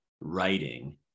writing